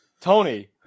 Tony